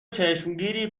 چشمگیری